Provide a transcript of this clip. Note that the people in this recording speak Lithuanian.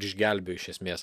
išgelbėjo iš esmės